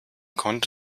konnte